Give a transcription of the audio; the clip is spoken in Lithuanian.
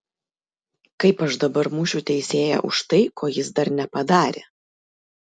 kaip aš dabar mušiu teisėją už tai ko jis dar nepadarė